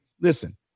listen